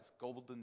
golden